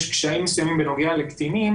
יש קשיים מסוימים בנוגע לקטינים